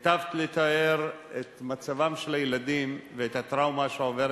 היטבת לתאר את מצבם של הילדים ואת הטראומה שעוברת